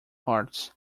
hearts